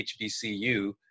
HBCU